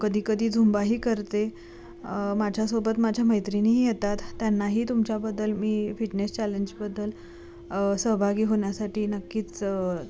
कधी कधी झुंबाही करते माझ्यासोबत माझ्या मैत्रिणीही येतात त्यांनाही तुमच्याबद्दल मी फिटनेस चॅलेंजबद्दल सहभागी होण्यासाठी नक्कीच